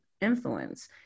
influence